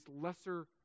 lesser